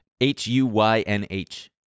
H-U-Y-N-H